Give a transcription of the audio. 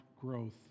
growth